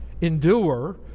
endure